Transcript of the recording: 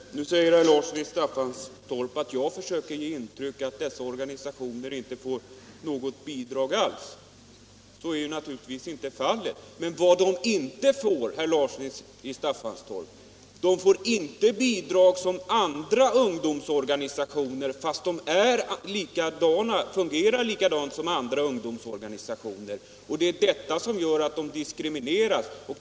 Herr talman! Nu säger herr Larsson i Staffanstorp att jag försöker ge intryck av att elevorganisationerna inte får något bidrag alls. Så är naturligtvis inte fallet. Men vad de inte får, herr Larsson i Staffanstorp, är det som andra ungdomsorganisationer får i bidrag, fast de fungerar likadant som dessa. Det är detta som är diskriminerande.